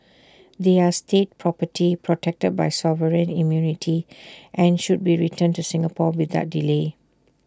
they are state property protected by sovereign immunity and should be returned to Singapore without delay